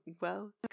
welcome